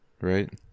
right